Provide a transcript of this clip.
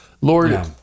Lord